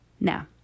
Now